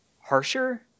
harsher